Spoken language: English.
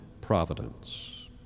providence